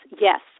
yes